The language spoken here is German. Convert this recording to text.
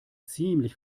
ziemlich